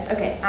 Okay